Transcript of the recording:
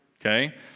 okay